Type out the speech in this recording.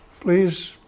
Please